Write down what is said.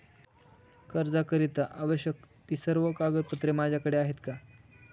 कर्जाकरीता आवश्यक ति सर्व कागदपत्रे माझ्याकडे आहेत का?